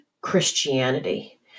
Christianity